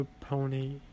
pony